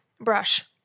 brush